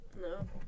no